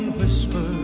whisper